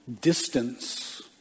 Distance